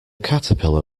caterpillar